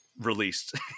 released